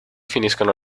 finiscono